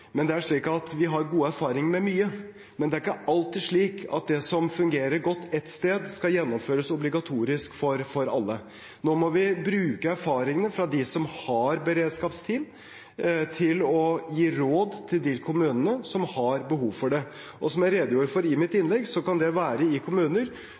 Vi har gode erfaringer med mye, men det er ikke alltid slik at det som fungerer godt ett sted, skal gjennomføres obligatorisk for alle. Nå må vi bruke erfaringene fra dem som har beredskapsteam, til å gi råd til de kommunene som har behov for det, og som jeg redegjorde for i mitt innlegg, kan det være i kommuner